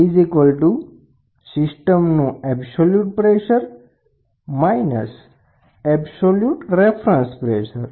system pressure સિસ્ટમનુ absolute pressure absolute reference pressure